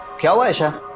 tell aisha